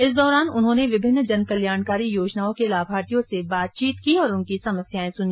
इस दौरान उन्होंने विभिन्न जनकल्याणकारी योजनाओं के लाभार्थियों से बातचीत की और इनकी समस्याएं सुनी